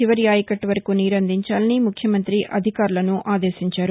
చివరి ఆయకట్టు వరకు నీరు అందించాలని ముఖ్యమంత్రి అధికారులను ఆదేశించారు